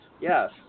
Yes